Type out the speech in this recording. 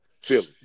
Philly